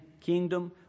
kingdom